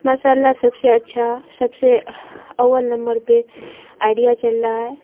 ماشاء اللہ سب سے اچھا سب سے اول نمبر پہ آئیڈیا چل رہا ہے